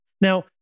Now